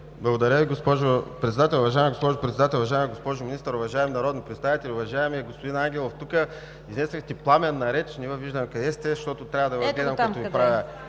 Благодаря Ви, госпожо Председател. Уважаема госпожо Председател, уважаема госпожо Министър, уважаеми народни представители! Уважаеми господин Ангелов, тук изнесохте пламенна реч – не Ви виждам къде сте, защото трябва да Ви гледам, като Ви правя